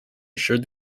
ensured